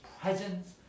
presence